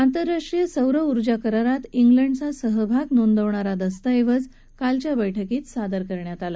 आंतरराष्ट्रीय सौर ऊर्जा करारात क्निंडचा सहभाग करुन घेणारा दस्त ऐवज कालच्या बैठकीत सादर करण्यात आला